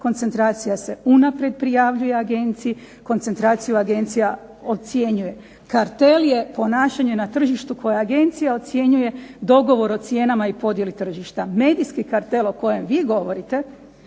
Koncentracija se unaprijed prijavljuje agenciji. Koncentraciju agenciju ocjenjuje. Kartel je ponašanje na tržištu koje agencija ocjenjuje, dogovor o cijenama i podjeli tržišta. Medijski kartel o kojem vi govorite